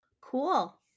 cool